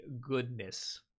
goodness